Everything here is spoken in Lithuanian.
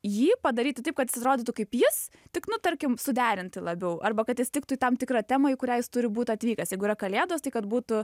jį padaryti taip kad atrodytų kaip jis tik nu tarkim suderinti labiau arba kad jis tiktų į tam tikrą temą į kurią jis turi būt atvykęs jeigu yra kalėdos tai kad būtų